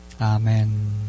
Amen